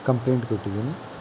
complaint ಕೊಟ್ಟಿದ್ದೀನಿ